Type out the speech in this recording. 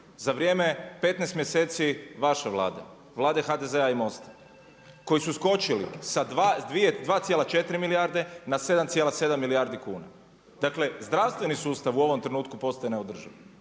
za vrijeme 15 mjeseci vaše Vlade, Vlade HDZ-a i MOST-a, koji su skočili sa 2,4 milijarde na 7,7 milijardi kuna. Dakle zdravstveni sustav u ovom trenutku postaje neodrživ,